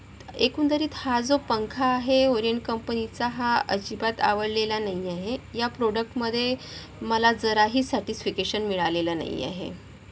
एकंदरीत हा जो पंखा आहे ओरिएन्ट कंपनीचा हा अजिबात आवडलेला नाही आहे या प्रोडक्टमध्ये मला जराही सॅटिसफिकेशन मिळालेलं नाही आहे